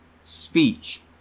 speech